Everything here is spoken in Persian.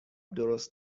درست